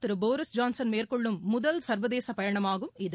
திரு Boris Johnson மேற்கொள்ளும் முதல் சா்வதேச பயணமாகும் இது